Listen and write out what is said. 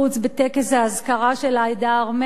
בטקס האזכרה של העדה הארמנית,